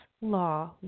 law